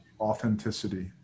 authenticity